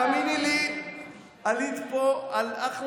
עלית פה על אחלה פטנט,